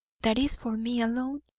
that is for me alone?